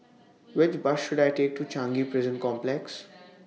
Which Bus should I Take to Changi Prison Complex